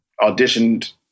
auditioned